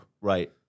Right